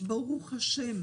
ברוך השם,